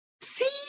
See